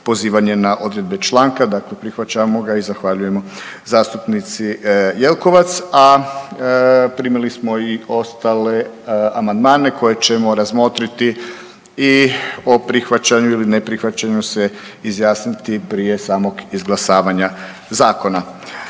na odredbe članka, dakle prihvaćamo ga i zahvaljujemo zastupnici Jelkovac, a primili smo i ostale amandmane koje ćemo razmotriti i o prihvaćanju ili ne prihvaćanju se izjasniti prije samog izglasavanja zakona.